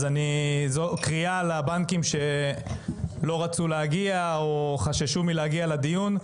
זאת קריאה לבנקים שלא רצו להגיע או חששו מלהגיע לדיון.